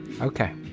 Okay